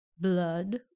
blood